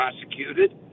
prosecuted